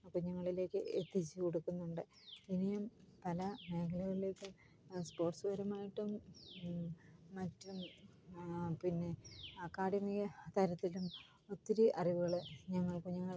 കുഞ്ഞുങ്ങളിലേക്ക് എത്തിച്ചുകൊടുക്കുന്നുണ്ട് ഇനിയും പല മേഖലകളിലേക്കും സ്പോര്ട്സ്പരമായിട്ടും മറ്റും പിന്നെ അക്കാഡമി തരത്തിലും ഒത്തിരി അറിവുകൾ ഞങ്ങള് കുഞ്ഞുങ്ങള്ക്ക്